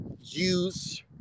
use